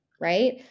right